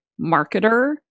marketer